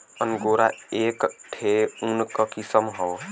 angora एक ठे ऊन क किसम हौ